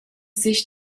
sich